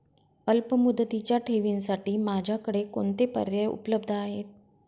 अल्पमुदतीच्या ठेवींसाठी माझ्याकडे कोणते पर्याय उपलब्ध आहेत?